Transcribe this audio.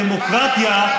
זו דמוקרטיה.